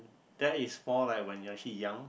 that is more like when you are actually young